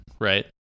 right